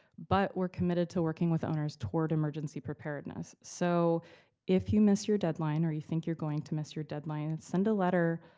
but we're committed to working with owners toward emergency preparedness. so if you miss your deadline, or you think you're going to miss your deadline, and send a letter